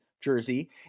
jersey